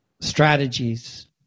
strategies